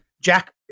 Jack